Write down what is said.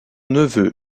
neveu